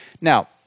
Now